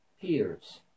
peers